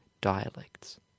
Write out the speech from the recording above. dialects